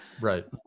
Right